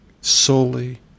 solely